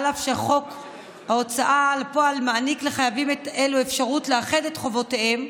אף שחוק ההוצאה לפועל מעניק לחייבים אלו אפשרות לאחד את חובותיהם,